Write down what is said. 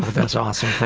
that's awesome.